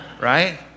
right